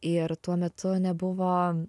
ir tuo metu nebuvo